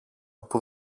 που